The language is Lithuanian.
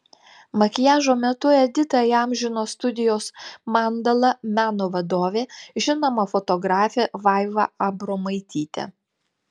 makiažo metu editą įamžino studijos mandala meno vadovė žinoma fotografė vaiva abromaitytė